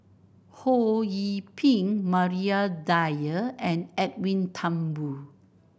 Ho Yee Ping Maria Dyer and Edwin Thumboo